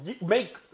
Make